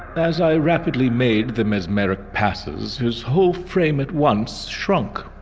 as i rapidly made them as merrick passes his whole frame at once shrunk.